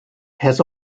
has